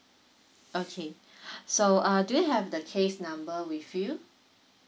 okay so uh do you have the case number with you